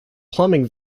plumbing